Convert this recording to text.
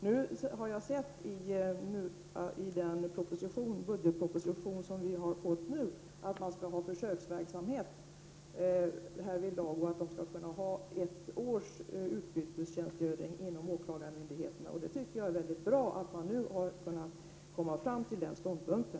Nu har jag sett i budgetpropositionen att det skall bli en försöksverksamhet härvidlag och att notarierna skall kunna få ett års utbytestjänstgöring inom åklagarmyndigheterna. Jag tycker att det är bra att man har kunnat komma fram till den ståndpunkten.